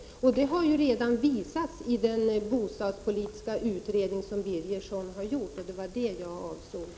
Detta har ju visats redan i den bostadspolitiska utredning som Birgersson har gjort — och det var det jag avsåg.